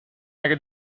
اگه